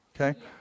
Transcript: okay